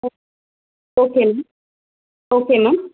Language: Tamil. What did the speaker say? O okay ma'am okay ma'am